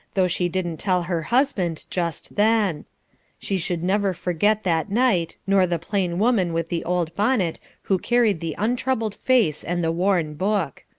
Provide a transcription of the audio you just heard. though she didn't tell her husband just then she should never forget that night, nor the plain woman with the old bonnet who carried the untroubled face and the worn book.